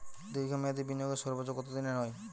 দীর্ঘ মেয়াদি বিনিয়োগের সর্বোচ্চ কত দিনের হয়?